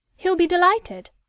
he'll be delighted